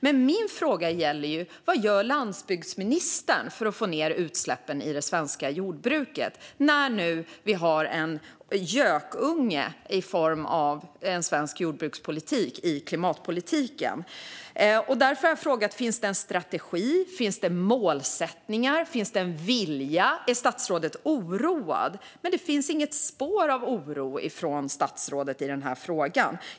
Men min fråga gällde vad landsbygdsministern gör för att få ned utsläppen i det svenska jordbruket när vi nu har en gökunge i form av svensk jordbrukspolitik i klimatpolitiken. Därför frågade jag om det finns en strategi, målsättningar, vilja och om statsrådet är oroad. Men det finns inget spår av oro från statsrådet i den här frågan.